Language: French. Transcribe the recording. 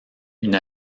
une